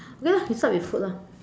okay lah we start with food lah